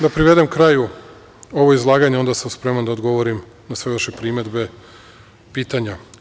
Da privedem kraju ovo izlaganje, a onda sam spreman da odgovorim na sve vaše primedbe, pitanja.